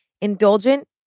Indulgent